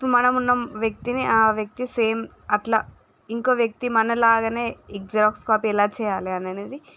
మనం మన వ్యక్తిని ఆ వ్యక్తి సేమ్ అట్లా ఇంకో వ్యక్తి మన లాగానే జిరాక్స్ కాపీ ఎలా చేయాలి అనేది